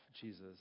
Jesus